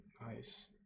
Nice